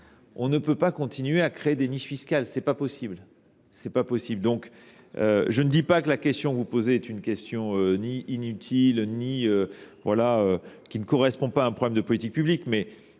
On ne peut pas continuer à créer des niches fiscales. Ce n’est pas possible ! Je ne dis pas que la question que vous posez est inutile ni qu’elle ne correspond pas à un problème de politique publique,